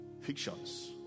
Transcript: fictions